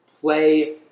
play